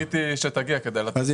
חיכיתי שתגיע כדי לתת אותה.